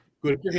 Good